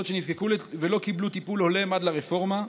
שנזקקו לטיפול ולא קיבלו טיפול הולם עד לרפורמה,